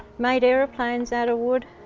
made aeroplanes out of wood.